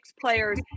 players